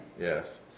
Yes